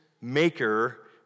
maker